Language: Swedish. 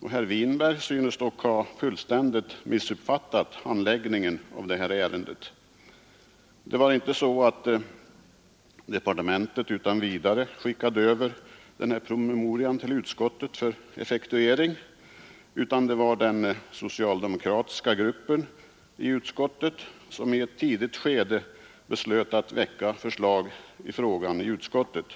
och herr Winberg synes dock fullständigt ha missuppfattat handläggningen av detta ärende. Det var inte så att departementet utan vidare sände över denna promemoria till utskottet för effektuering, utan det var den socialdemokratiska gruppen i utskottet som i ett tidigt skede beslöt att väcka förslag i frågan inom utskottet.